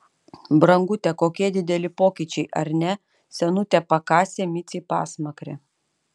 brangute kokie dideli pokyčiai ar ne senutė pakasė micei pasmakrę